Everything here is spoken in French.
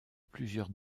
plusieurs